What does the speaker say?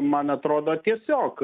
man atrodo tiesiog